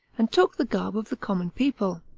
and took the garb of the common people.